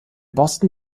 boston